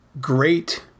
great